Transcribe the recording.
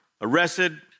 arrested